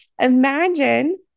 Imagine